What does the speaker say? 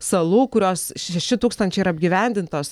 salų kurios šeši tūkstančiai yra apgyvendintos